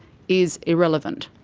is irrelevant?